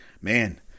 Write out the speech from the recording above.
man